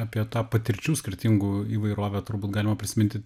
apie tą patirčių skirtingų įvairovę turbūt galima prisiminti